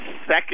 second